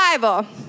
Bible